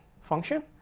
function